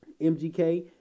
MGK